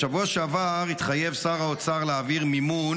בשבוע שעבר התחייב שר האוצר להעביר מימון